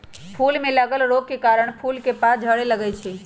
फूल में लागल रोग के कारणे फूल के पात झरे लगैए छइ